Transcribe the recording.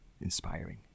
inspiring